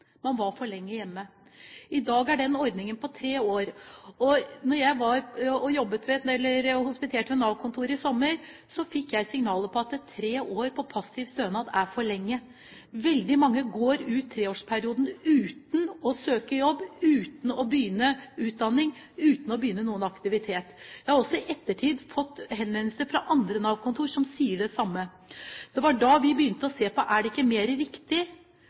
Man var for lenge hjemme. I dag er den ordningen på tre år. Da jeg hospiterte ved et Nav-kontor i sommer, fikk jeg signaler om at tre år på passiv stønad er for lenge. Veldig mange går ut treårsperioden uten å søke jobb, uten å begynne på en utdanning, uten å begynne med noen aktivitet. Jeg har i ettertid fått henvendelser fra andre Nav-kontor som sier det samme. Det var da vi begynte å se på om det ikke er mer riktig